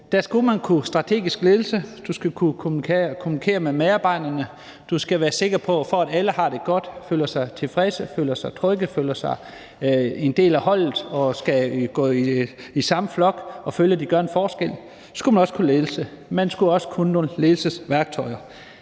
der skal man kunne lede strategisk. Man skal kunne kommunikere med medarbejderne. Man skal være sikker på, at alle har det godt, føler sig tilfredse, føler sig trygge, føler sig som en del af holdet, og at de skal gå i samme flok og føle, at de gør en forskel. Så man skal også kunne lede. Man skal også kunne bruge nogle ledelsesværktøjer.